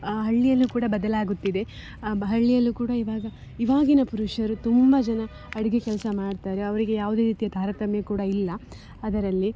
ಹಳ್ಳಿಯಲ್ಲೂ ಕೂಡ ಬದಲಾಗುತ್ತಿದೆ ಹಳ್ಳಿಯಲ್ಲೂ ಕೂಡ ಇವಾಗ ಇವಾಗಿನ ಪುರುಷರು ತುಂಬ ಜನ ಅಡಿಗೆ ಕೆಲಸ ಮಾಡ್ತಾರೆ ಅವರಿಗೆ ಯಾವುದೇ ರೀತಿಯ ತಾರತಮ್ಯ ಕೂಡ ಇಲ್ಲ ಅದರಲ್ಲಿ